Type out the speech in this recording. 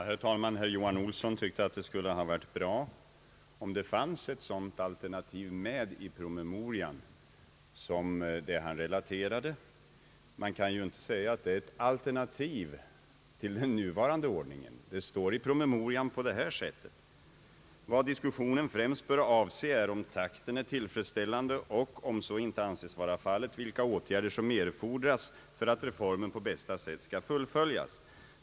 Herr talman! Herr Johan Olsson tyckte att det skulle vara bra om det fanns ett sådant alternativ med i promemorian, som det han relaterade. Man kan emellertid inte säga att det är ett alternativ till den nuvarande ordningen. Det står i promemorian, att vad diskussionen främst bör avse är om takten är tillfredsställande och om så inte anses vara fallet, vilka åtgärder som erfordras för att reformen på bästa sätt skall fullföljas.